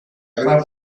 gran